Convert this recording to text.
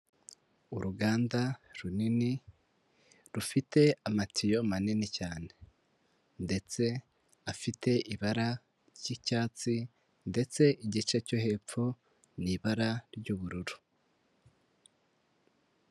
Uruganda runini rufite amatiyo manini cyane ndetse afite ibara ry'icyatsi ndetse igice cyo hepfo ni ibara ry'ubururu.